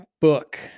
book